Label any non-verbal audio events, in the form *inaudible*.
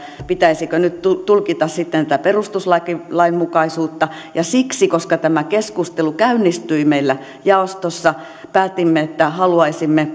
pitäisikö nyt tulkita sitten tätä perustuslainmukaisuutta ja siksi koska tämä keskustelu käynnistyi meillä jaostossa päätimme että haluaisimme *unintelligible*